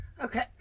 Okay